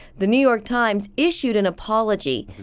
the new york times issued an apology.